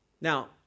Now